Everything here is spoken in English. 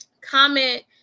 comment